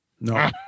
no